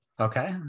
okay